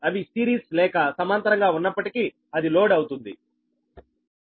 అవి సిరీస్ లేక సమాంతరంగా ఉన్నప్పటికీ అది లోడ్ అవుతోంది